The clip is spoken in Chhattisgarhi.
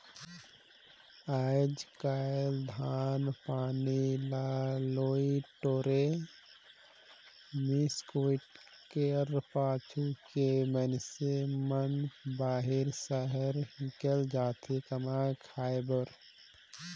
आएज काएल धान पान ल लुए टोरे, मिस कुइट कर पाछू के मइनसे मन बाहिर सहर हिकेल जाथे कमाए खाए बर